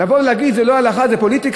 לבוא ולהגיד: זו לא הלכה, זו פוליטיקה.